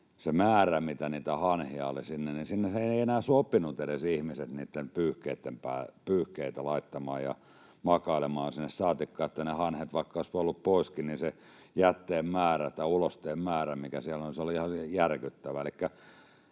se määrä, mitä niitä hanhia oli, oli sellainen, että sinne ei enää ihmiset edes sopineet niitä pyyhkeitä laittamaan ja makailemaan sinne, ja vaikka ne hanhet olisivat olleet poiskin, niin se jätteen määrä tai ulosteen määrä, mikä siellä oli, oli ihan järkyttävää.